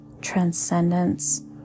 transcendence